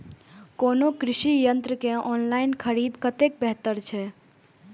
कोनो कृषि यंत्र के ऑनलाइन खरीद कतेक बेहतर छै?